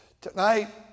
Tonight